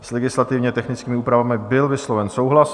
S legislativně technickými úpravami byl vysloven souhlas.